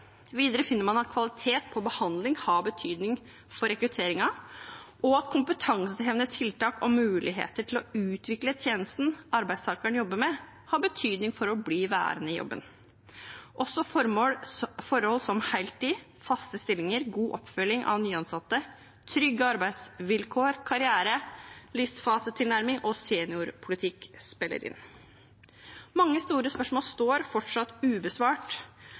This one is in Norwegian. Videre finner man at kvaliteten på behandlingen har betydning for rekrutteringen, og at kompetansehevende tiltak og muligheter til å utvikle tjenesten arbeidstakeren jobber med, har betydning for om man blir værende i jobben. Også forhold som heltid, faste stillinger, god oppfølging av nyansatte, trygge arbeidsvilkår, karriere, livsfasetilnærming og seniorpolitikk spiller inn. Mange store spørsmål står fortsatt ubesvart: